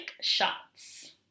shots